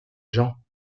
gens